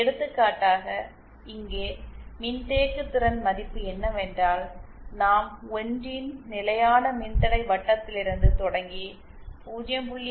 எடுத்துக்காட்டாக இங்கே மின்தேக்குதிறன் மதிப்பு என்னவென்றால் நாம் 1 இன் நிலையான மின்தடை வட்டத்திலிருந்து தொடங்கி 0